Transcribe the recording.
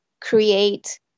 create